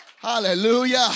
Hallelujah